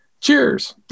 cheers